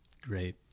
Great